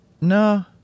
No